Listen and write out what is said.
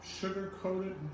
sugar-coated